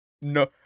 No